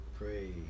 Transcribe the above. pray